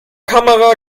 kamera